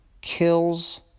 Kills